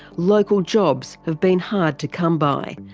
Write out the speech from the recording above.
local jobs have been hard to come by.